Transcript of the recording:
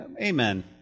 amen